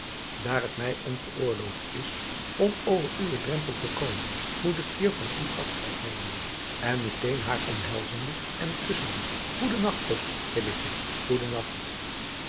aar het mij ongeoorloofd is om over uwen drempel te komen moet ik hier van u afscheid nemen en meteen haar omhelzende en kussende goeden nacht